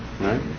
Right